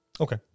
Okay